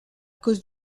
cause